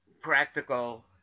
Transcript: practical